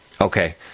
Okay